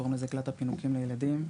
קוראים לזה עגלת הפינוקים לילדים,